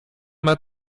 mal